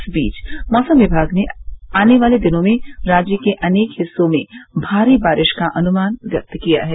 इस बीच मौसम विभाग ने आने वाले दिनों में राज्य के अनेक हिस्सो में भारी बारिश का अनुमान व्यक्त किया है